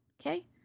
Okay